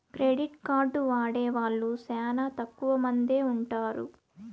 credit card వాడే వాళ్ళు శ్యానా తక్కువ మందే ఉంటారు